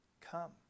come